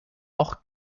auch